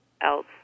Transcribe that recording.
else